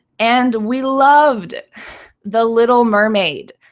and we loved the little mermaid.